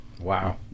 wow